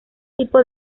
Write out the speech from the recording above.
tipo